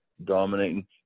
dominating